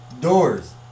doors